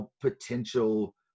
potential